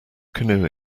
canoe